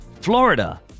florida